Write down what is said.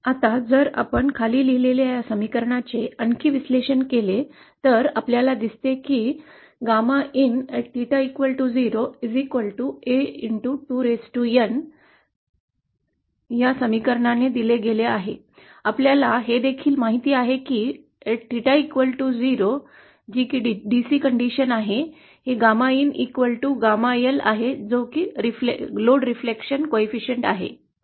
आता जर आपण खाली लिहिलेले या समीकरणाचे आणखी विश्लेषण केले तर आपल्याला दिसेल की γ in A 2 N हे आहे जे या समीकरणाद्वारे दिले गेले आहे आपल्याला हे देखील माहित आहे की जेव्हा 𝚹0 आहे जी DC कंडिशन आहे हेγ in γ L लोड रिफ्लेक्शन कोइफिशंटआहे